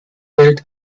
welt